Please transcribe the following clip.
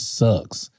sucks